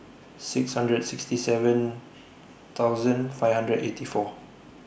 six hundred sixty seven thousand five hundred eighty four